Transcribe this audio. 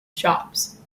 shops